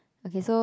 okay so